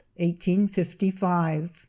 1855